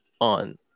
on